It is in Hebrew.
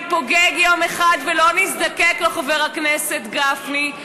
יום אחד ולא נזדקק לו, חבר הכנסת גפני,